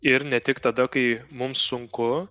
ir ne tik tada kai mums sunku